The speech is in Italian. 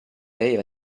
aveva